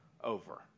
over